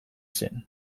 zen